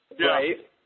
right